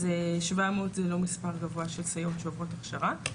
אז שבע מאות זה לא מספר גבוה של סייעות שעוברות הכשרה.